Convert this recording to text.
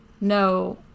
no